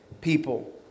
people